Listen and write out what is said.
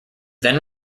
then